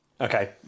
Okay